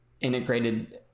integrated